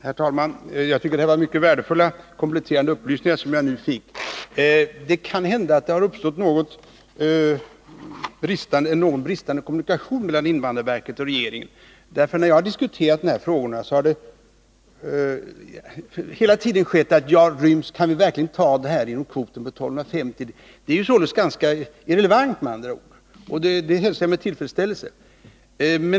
Herr talman! Det var mycket värdefulla kompletterande upplysningar som jag nu fick. Det kan hända att det i viss mån har varit bristande kommunikation mellan invandrarverket och regeringen. När jag har diskuterat denna fråga med invandrarverket har nämligen verket undrat: Ryms verkligen dessa flyktingar inom kvoten på 1250? Det är således en ganska irrelevant fråga. Det beskedet hälsar jag med tillfredsställelse.